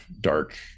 dark